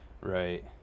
right